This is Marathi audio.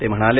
ते म्हणाले